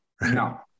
no